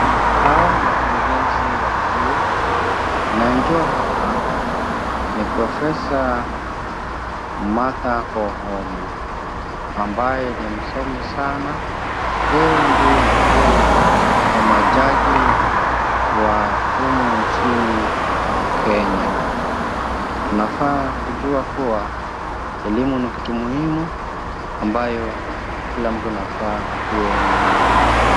Hawa ni wakurugenzi wakuu na njoo hapa ni profesa Martha Koome ambaye ni msomi sana. Yeye ndiye mkuu wa majaji wa humu nchini Kenya. Tunafaa kujua kuwa elimu ni kitu muhimu ambayo kila mtu anafaa akuwe nayo.